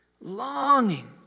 Longing